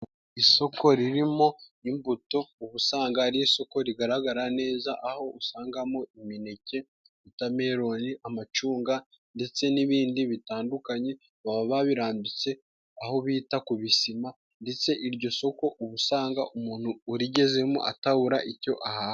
Isoko ririmo imbuto ubu usanga ari isoko rigaragara neza aho usangamo imineke, Wotameloni, amacunga ndetse n'ibindi bitandukanye baba babirambitse aho bita ku sima, ndetse iryo soko ubu usanga umuntu urigezemo atabura icyo ahabwa.